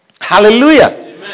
hallelujah